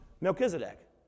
Melchizedek